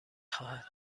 خواهد